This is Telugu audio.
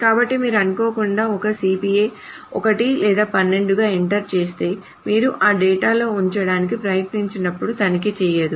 కాబట్టి మీరు అనుకోకుండా ఒకరి సిపిఏని 1 లేదా 12 గా ఎంటర్ చేస్తే మీరు ఆ డేటాలో ఉంచడానికి ప్రయత్నించినప్పుడు తనిఖీ చేయదు